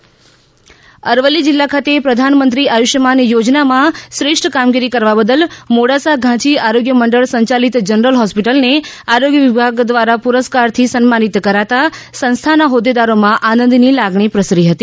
અરવલ્લી આયુષ્યમાન યોજના અરવલ્લી જીલ્લા ખાતે પ્રધાનંત્રી આયુષ્યમાન યોજનામાં શ્રેષ્ઠ કામગીરી કરવા બદલ મોડાસા ઘાંચી આરોગ્ય મંડળ સંયાલિત જનરલ હોસ્પિટલને આરોગ્ય વિભાગ દ્વારા પુરસ્કારથી સન્માનિત કરાતા સંસ્થાના હોદેદારોમાં આનંદની લાગણી પ્રસરી હતી